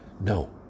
No